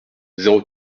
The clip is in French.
zéro